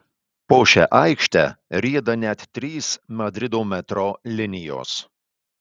po šia aikšte rieda net trys madrido metro linijos